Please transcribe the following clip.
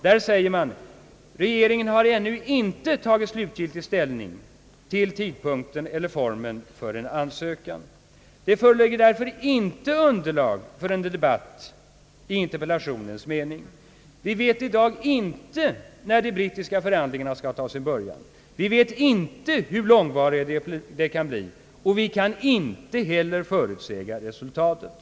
Där säger han: »Regeringen har ännu inte tagit slutgiltig ställning vare sig till tidpunkten eller formen för en ansökan om förhandlingar med EEC. Det föreligger därför inte underlag för en debatt i interpellationens mening.» Vi vet i dag inte när de brittiska förhandlingarna skall ta sin början, vi vet inte hur långvariga de kan bli och vi kan inte heller förutsäga resultatet.